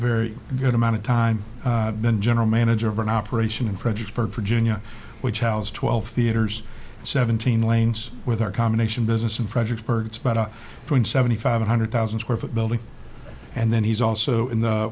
very good amount of time been general manager of an operation in fredericksburg virginia which housed twelve theatres seventeen lanes with our combination business in fredericksburg for in seventy five one hundred thousand square foot building and then he's also in the